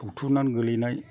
सौथुनानै गोलैनाय